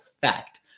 fact